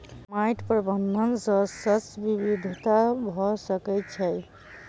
माइट प्रबंधन सॅ शस्य विविधता भ सकै छै